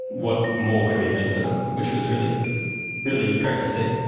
what more could be made for them, which was really really great to see.